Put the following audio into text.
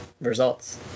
results